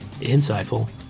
insightful